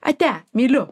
ate myliu